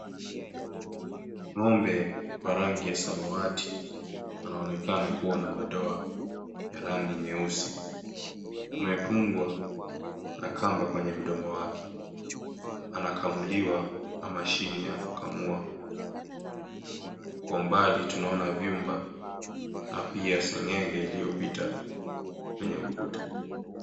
Ng'ombe, wa rangi ya samawati, anaonekana kuwa na madoa ya rangi nyeusi. Amefungwa na kamba kwenye mdomo wake. Anakamuliwa na mashine ya kukamua. Kwa mbali tunaona vyumba na pia seng'enge iliyopita kwenye ukuta.